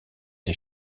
des